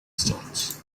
stones